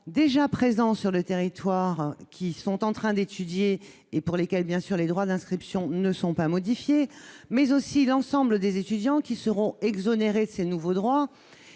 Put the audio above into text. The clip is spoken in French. déjà présents sur le territoire, qui sont en train d'étudier et pour lesquels, bien sûr, les droits d'inscription ne sont pas modifiés, mais aussi ceux qui seront exonérés des nouveaux droits.